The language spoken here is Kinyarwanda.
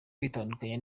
kwitandukanya